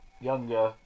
Younger